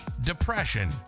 depression